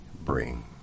bring